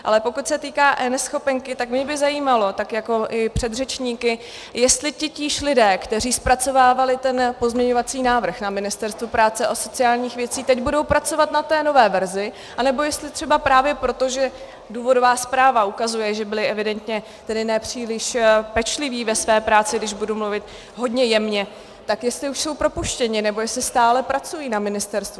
Ale pokud se týká eNeschopenky, tak mě by zajímalo tak jako i předřečníky, jestli titíž lidé, kteří zpracovávali ten pozměňovací návrh na Ministerstvu práce a sociálních věcí, teď budou pracovat na té nové verzi, anebo jestli třeba právě proto, že důvodová zpráva ukazuje, že byli evidentně tedy ne příliš pečliví ve své práci, když budu mluvit hodně jemně, tak jestli už jsou propuštěni, nebo jestli stále pracují na ministerstvu.